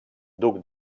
duc